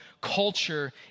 culture